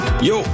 Yo